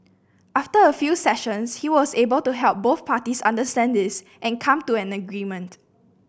after a few sessions he was able to help both parties understand this and come to an agreement